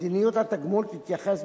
מדיניות התגמול תתייחס,